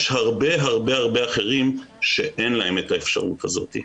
יש הרבה רבה הרבה אחרים שאין להם את האפשרות הזאת.